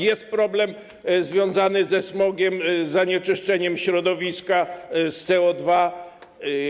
Jest problem związany ze smogiem, z zanieczyszczeniem środowiska, z CO2.